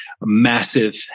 massive